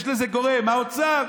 יש לזה גורם, האוצר.